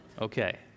Okay